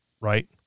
right